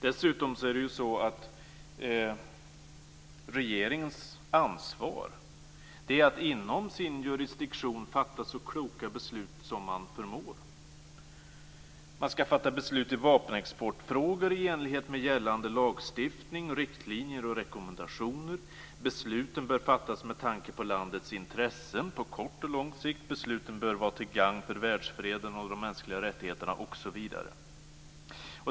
Dessutom är det regeringens ansvar att inom sin jurisdiktion fatta så kloka beslut som den förmår. Man skall fatta beslut i vapenexportfrågor i enlighet med gällande lagstiftning, riktlinjer och rekommendationer. Besluten bör fattas med tanke på landets intressen på kort och lång sikt. Besluten bör vara till gagn för världsfreden och de mänskliga rättigheterna osv.